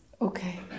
Okay